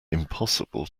impossible